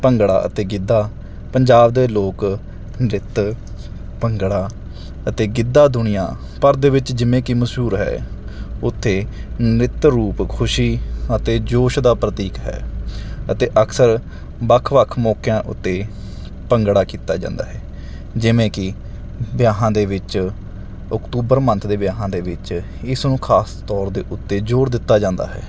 ਭੰਗੜਾ ਅਤੇ ਗਿੱਧਾ ਪੰਜਾਬ ਦੇ ਲੋਕ ਨ੍ਰਿੱਤ ਭੰਗੜਾ ਅਤੇ ਗਿੱਧਾ ਦੁਨੀਆ ਭਰ ਦੇ ਵਿੱਚ ਜਿਵੇਂ ਕਿ ਮਸ਼ਹੂਰ ਹੈ ਉੱਥੇ ਨ੍ਰਿੱਤ ਰੂਪ ਖੁਸ਼ੀ ਅਤੇ ਜੋਸ਼ ਦਾ ਪ੍ਰਤੀਕ ਹੈ ਅਤੇ ਅਕਸਰ ਵੱਖ ਵੱਖ ਮੌਕਿਆਂ ਉੱਤੇ ਭੰਗੜਾ ਕੀਤਾ ਜਾਂਦਾ ਹੈ ਜਿਵੇਂ ਕਿ ਵਿਆਹਾਂ ਦੇ ਵਿੱਚ ਅਕਤੂਬਰ ਮੰਥ ਦੇ ਵਿਆਹਾਂ ਦੇ ਵਿੱਚ ਇਸ ਨੂੰ ਖਾਸ ਤੌਰ ਦੇ ਉੱਤੇ ਜ਼ੋਰ ਦਿੱਤਾ ਜਾਂਦਾ ਹੈ